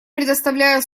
предоставляю